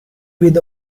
with